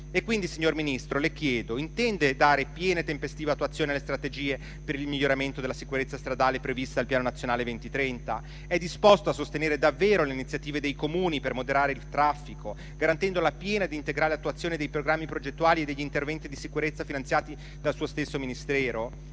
limiti? Signor Ministro, le chiedo pertanto: intende dare piena e tempestiva attuazione alle strategie per il miglioramento della sicurezza stradale prevista dal piano nazionale 2030? È disposto a sostenere davvero le iniziative dei Comuni per moderare il traffico, garantendo la piena ed integrale attuazione dei programmi progettuali e degli interventi di sicurezza finanziati dal suo stesso Ministero?